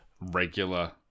regular